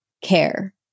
care